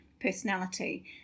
personality